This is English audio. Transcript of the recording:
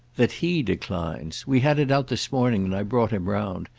that he declines. we had it out this morning and i brought him round.